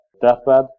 deathbed